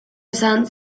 esan